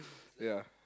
ya